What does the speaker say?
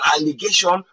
allegation